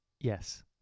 Yes